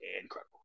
incredible